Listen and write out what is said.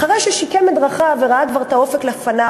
אחרי ששיקם את דרכיו וראה כבר את האופק לפניו,